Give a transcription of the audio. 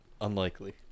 Unlikely